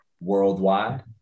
worldwide